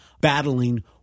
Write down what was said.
battling